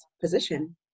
position